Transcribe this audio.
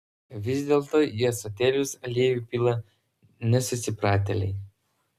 vis dėlto į ąsotėlius aliejų pila nesusipratėliai